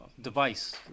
device